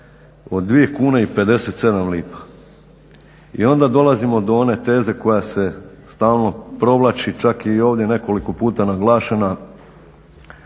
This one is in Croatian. od 2 kune i 57 lipa. I onda dolazimo do one teze koja se stalno provlači čak je i ovdje nekoliko puta naglašena